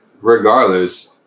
regardless